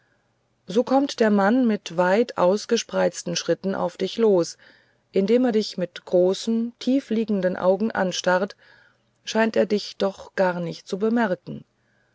so kommt der mann mit weit ausgespreizten schritten auf dich los und indem er dich mit großen tiefliegenden augen anstarrt scheint er dich doch gar nicht zu bemerken